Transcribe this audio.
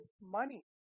money